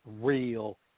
real